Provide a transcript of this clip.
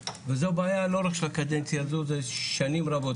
וזו בעיה לא רק של הקדנציה הזאת זה של שנים רבות,